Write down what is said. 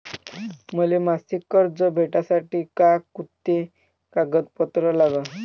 मले मासिक कर्ज भेटासाठी का कुंते कागदपत्र लागन?